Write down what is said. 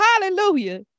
Hallelujah